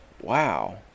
wow